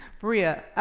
bria,